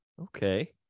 Okay